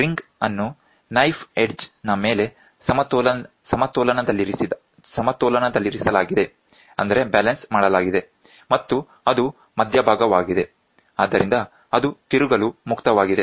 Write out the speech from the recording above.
ring ಅನ್ನು knife edge ನ ಮೇಲೆ ಸಮತೋಲನದಲ್ಲಿರಿಸಲಾಗಿದೆ ಮತ್ತು ಅದು ಮಧ್ಯಭಾಗವಾಗಿದೆ ಆದ್ದರಿಂದ ಅದು ತಿರುಗಲು ಮುಕ್ತವಾಗಿದೆ